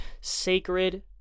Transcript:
sacred